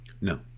No